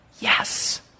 Yes